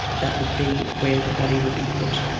that would be where the body would be put.